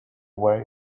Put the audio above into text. way